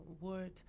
word